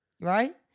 right